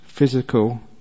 physical